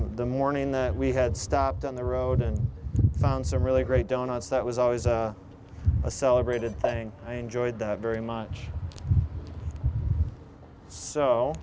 the morning that we had stopped on the road and found some really great donuts that was always a celebrated thing i enjoyed that very much so